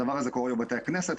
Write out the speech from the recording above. הדבר הזה קורה בבתי הכנסת,